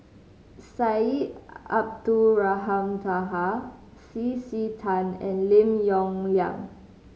Syed Abdulrahman Taha C C Tan and Lim Yong Liang